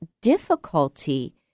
difficulty